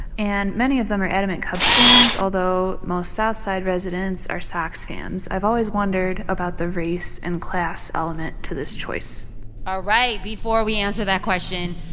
and many of them are adamant cubs fans, although most south side residents are sox fans. i've always wondered about the race and class element to this choice all right, before we answer that question,